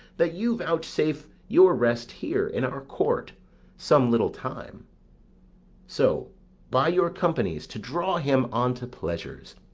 that you vouchsafe your rest here in our court some little time so by your companies to draw him on to pleasures,